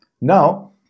now